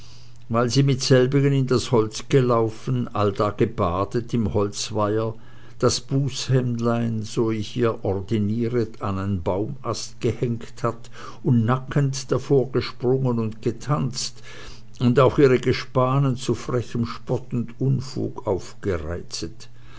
weill sie mit selbigen in das holz gelauffen allda gebadet im holzweiher das bußhemdlein so ich ihr ordiniret an ein baumast gehenkt hat und nackent davor gesprungen und getanzt und auch ihre gespanen zu frechem spott und unfug aufgereizet